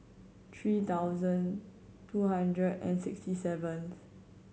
three thousand two hundred and sixty seventh